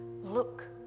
look